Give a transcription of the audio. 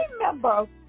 remember